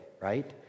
right